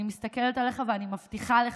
אני מסתכלת עליך, ואני מבטיחה לך,